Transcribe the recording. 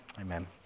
Amen